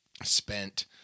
spent